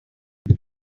this